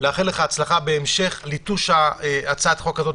לאחל לך הצלחה בהמשך ליטוש הצעת החוק הזאת,